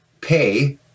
pay